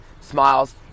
smiles